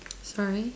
sorry